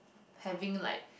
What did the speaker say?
having like